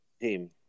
team